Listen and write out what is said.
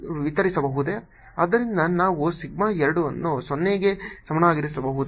ಅಂದರೆ ನಾನು ಸಿಗ್ಮಾ 2 ಅನ್ನು 0 ಕ್ಕೆ ಸಮನಾಗಿರಬಹುದೇ